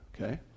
okay